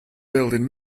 building